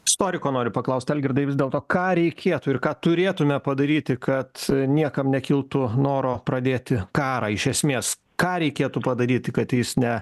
istoriko noriu paklaust algirdai vis dėlto ką reikėtų ir ką turėtume padaryti kad niekam nekiltų noro pradėti karą iš esmės ką reikėtų padaryti kad jis ne